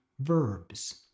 verbs